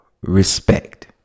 respect